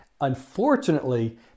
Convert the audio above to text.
Unfortunately